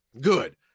good